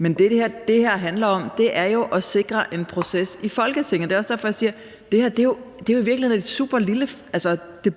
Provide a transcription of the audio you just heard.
det, det her handler om, er jo at sikre en proces i Folketinget, og det er også derfor, jeg siger: Det her